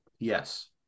Yes